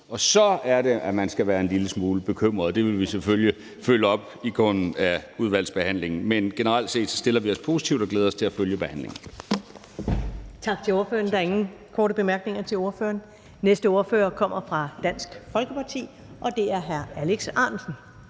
og så er det, at man skal være en lille smule bekymret. Det vil vi selvfølgelig følge op på i udvalgsbehandlingen. Men generelt set stiller vi os positivt og glæder os til at følge behandlingen.